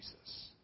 Jesus